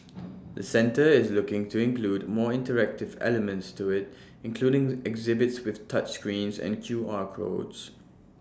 the centre is looking to include more interactive elements to IT including exhibits with touch screens and Q R codes